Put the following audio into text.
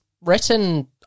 written